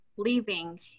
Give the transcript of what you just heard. leaving